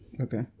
Okay